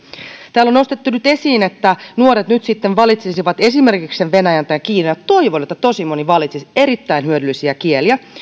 täällä on nostettu esiin että nuoret nyt sitten valitsisivat esimerkiksi sen venäjän tai kiinan toivon että tosi moni valitsisi erittäin hyödyllisiä kieliä